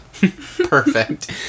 Perfect